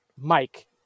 Mike